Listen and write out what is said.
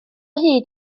hyd